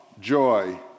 joy